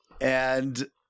and-